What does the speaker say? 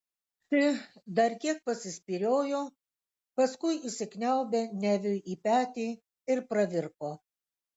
ši dar kiek pasispyriojo paskui įsikniaubė neviui į petį ir pravirko